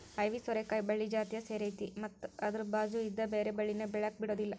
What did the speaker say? ಐವಿ ಸೋರೆಕಾಯಿ ಬಳ್ಳಿ ಜಾತಿಯ ಸೇರೈತಿ ಮತ್ತ ಅದ್ರ ಬಾಚು ಇದ್ದ ಬ್ಯಾರೆ ಬಳ್ಳಿನ ಬೆಳ್ಯಾಕ ಬಿಡುದಿಲ್ಲಾ